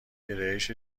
گرایش